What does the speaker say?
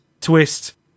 Twist